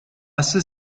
ceux